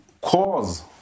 cause